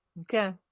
Okay